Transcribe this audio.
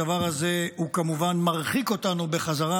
הדבר הזה כמובן מרחיק אותנו בחזרה.